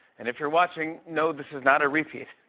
and if you're watching, no, this is not a repeat.